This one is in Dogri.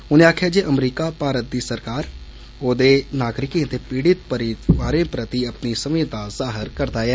उनें आक्खेआ जे अमरीका भारत दी सरकारए ओदे नागरिकें ते पीड़ित परिवारें प्रति अपनी संवेदना जाहर करदा ऐ